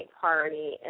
party